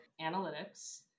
analytics